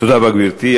תודה רבה, גברתי.